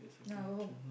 nah I go home